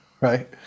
Right